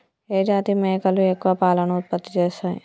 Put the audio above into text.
ఏ జాతి మేకలు ఎక్కువ పాలను ఉత్పత్తి చేస్తయ్?